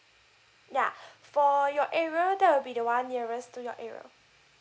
yeah for your area there will be the one nearest to your area